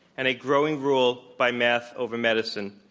and a growing rule by math over medicine.